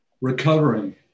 recovering